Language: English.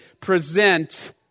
present